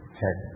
head